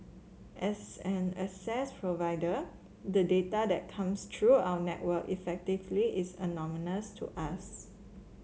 as an access provider the data that comes through our network effectively is anonymous to us